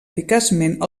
eficaçment